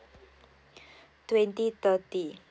twenty thirty